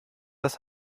das